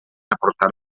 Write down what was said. aportar